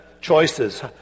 choices